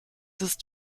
ist